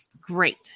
great